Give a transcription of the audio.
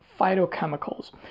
phytochemicals